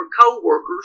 coworkers